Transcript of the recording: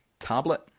Tablet